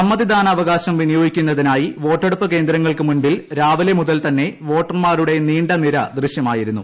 സമ്മതിദാനാവകാശം വിനിയോഗിക്കുന്നതിനായി വോട്ടെടുപ്പ് കേന്ദ്രങ്ങൾക്ക് മുമ്പിൽ രാവിലെ മുതൽ തന്നെ വോട്ടർമാരുടെ നീണ്ട നിര ദൃശ്യമായിരുന്നു